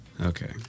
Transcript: Okay